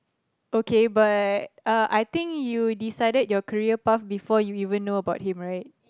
okay but uh I think you decided your career path before you even know about him right